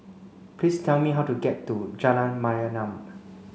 please tell me how to get to Jalan Mayaanam